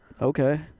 Okay